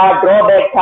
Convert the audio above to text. drawback